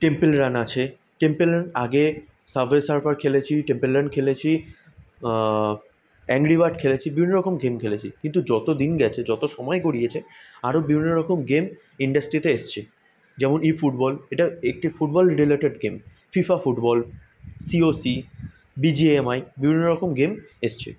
temple Run আছে Temple Run আগে Subway Surfer খেলেছি টেম্পেল রান খেলেছি অ্যাংরি বার্ড খেলেছি বিভিন্ন রকম গেম খেলেছি কিন্তু যত দিন গেছে যত সময় গড়িয়েছে আরও বিভিন্ন রকম গেম ইন্ডাস্ট্রিতে এসছে যেমন ই ফুটবল এটা একটি football related game FIFA football C O C B G M I বিভিন্ন রকম গেম এসছে